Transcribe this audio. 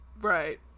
Right